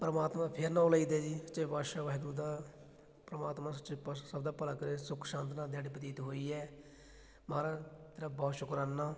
ਪਰਮਾਤਮਾ ਦਾ ਫੇਰ ਨਾਂ ਲਈ ਦਾ ਜੀ ਸੱਚੇ ਪਾਤਸ਼ਾਹ ਵਾਹਿਗੁਰੂ ਦਾ ਪਰਮਾਤਮਾ ਸੱਚੇ ਪਾਤਸ਼ਾਹ ਸਭ ਦਾ ਭਲਾ ਕਰੇ ਸੁੱਖ ਸ਼ਾਂਤ ਨਾਲ ਦਿਹਾੜੀ ਬਤੀਤ ਹੋਈ ਹੈ ਮਹਾਰਾਜ ਤੇਰਾ ਬਹੁਤ ਸ਼ੁਕਰਾਨਾ